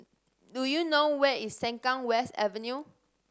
do you know where is Sengkang West Avenue